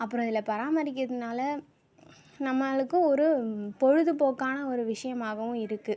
அப்புறம் இதில் பராமரிக்கிறதுனால் நம்மளுக்கு ஒரு பொழுதுபோக்கான ஒரு விஷயமாகவும் இருக்குது